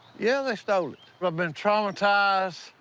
yeah, they stole it. i've been traumatized.